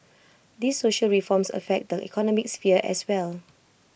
these social reforms affect the economic sphere as well